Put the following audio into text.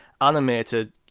animated